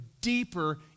deeper